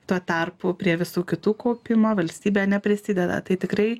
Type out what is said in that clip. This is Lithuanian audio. tuo tarpu prie visų kitų kaupimo valstybė neprisideda tai tikrai